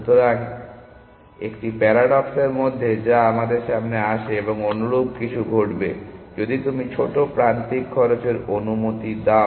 সুতরাং 1টি প্যারাডক্সের মধ্যে যা আমাদের সামনে আসে এবং অনুরূপ কিছু ঘটবে যদি তুমি ছোট প্রান্তিক খরচের অনুমতি দাও